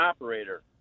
operator